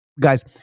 Guys